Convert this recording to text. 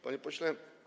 Panie Pośle!